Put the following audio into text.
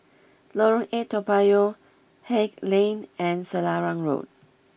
Lorong eight Toa Payoh Haig Lane and Selarang Road